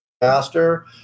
faster